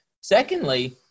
Secondly